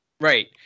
Right